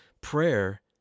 prayer